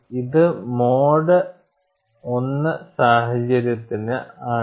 ഇത് മോഡ് 1 സാഹചര്യത്തിന് ആണ്